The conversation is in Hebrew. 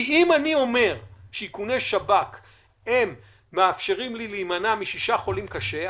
כי אם אני אומר שאיכוני שב"כ מאפשרים לי להימנע מ-6 חולים קשה,